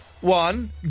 one